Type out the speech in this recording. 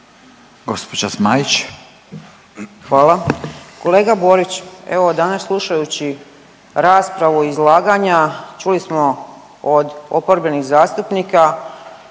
Ankica (HDZ)** Hvala. Kolega Borić evo danas slušajući raspravu, izlaganja čuli smo od oporbenih zastupnika